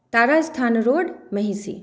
Tarasthan road Mahishi